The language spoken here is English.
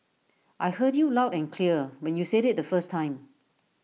I heard you loud and clear when you said IT the first time